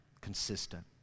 consistent